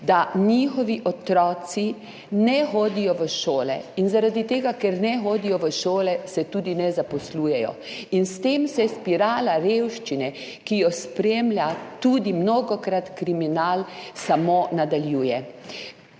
da njihovi otroci ne hodijo v šole. Zaradi tega ker ne hodijo v šole, se tudi ne zaposlujejo. In s tem se spirala revščine, ki jo spremlja mnogokrat tudi kriminal, samo nadaljuje.